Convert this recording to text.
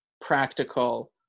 practical